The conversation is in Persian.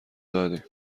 دادیم